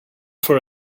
for